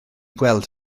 gweld